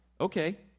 okay